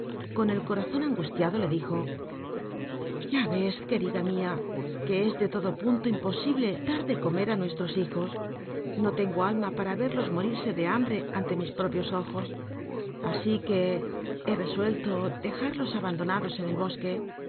con el corazon angusliaclo le dijo ya ves querida mi a que es de todo punlo impoihlc dar de comer it nuestros hijos xo lengo alma para cl'los morir e de hambre anle mis propios ojos así que he resuello dejarlos abacdonados en el bosque